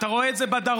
אתה רואה את זה בדרום,